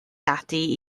ati